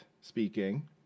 speaking